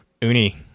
Uni